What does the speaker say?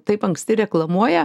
taip anksti reklamuoja